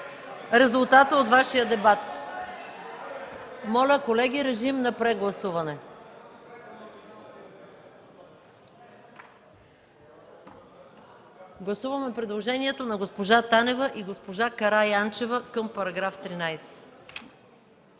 резултата от Вашия дебат. Моля колеги, режим на прегласуване. Гласуваме предложението на госпожа Танева и госпожа Караянчева към § 13,